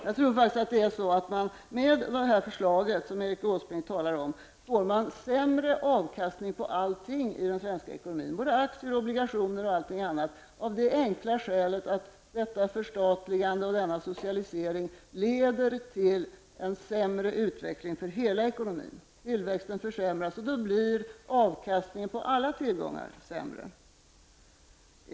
Med det förslag som Erik Åsbrink pläderar för tror jag faktiskt man uppnår en sämre avkastning på allting i den svenska ekonomin inkl. aktier och obligationer. Det enkla skälet därtill är att detta förstatligande och denna socialisering leder till en sämre utveckling av hela ekonomin. Tillväxten försämras, och därmed blir avkastningen på alla tillgångar lägre.